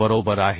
बरोबर आहे